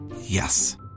Yes